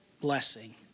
blessing